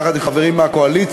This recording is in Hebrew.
יחד עם חברים מהקואליציה,